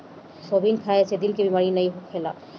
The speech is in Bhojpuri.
सोयाबीन खाए से दिल के बेमारी नाइ होखेला